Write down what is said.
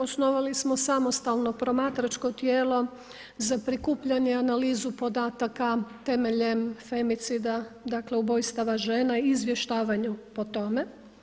Osnovali smo samostalno promatračko tijelo za prikupljanje i analizu podataka temeljem femicida, dakle ubojstava žena i izvještavanju po tome.